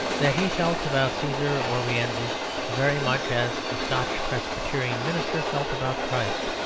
that he felt about caesar or rienzi very much as the scotch presbyterian minister felt about christ,